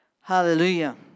Hallelujah